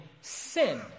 sin